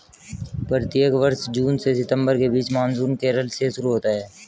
प्रत्येक वर्ष जून से सितंबर के बीच मानसून केरल से शुरू होता है